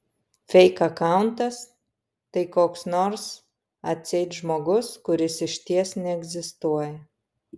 feik akauntas tai koks nors atseit žmogus kuris išties neegzistuoja